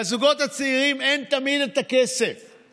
לזוגות הצעירים אין תמיד את הכסף,